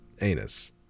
Anus